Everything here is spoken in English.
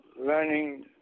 learning